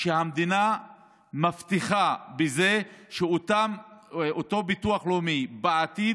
שהמדינה מבטיחה בזה שאותו ביטוח לאומי בעתיד